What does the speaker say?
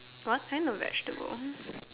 what kind of vegetable